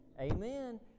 Amen